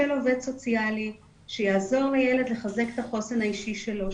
עובד סוציאלי שיעזור לילד לחזק את החוסן האישי שלו,